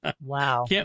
Wow